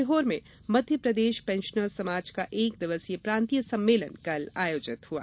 सीहोर में मध्य प्रदेश पेंशनर्स समाज का एक दिवसीय प्रांतीय सम्मेलन कल आयोजित हुआ